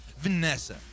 Vanessa